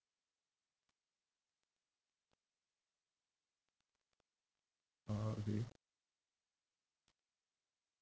orh okay